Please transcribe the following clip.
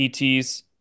ETs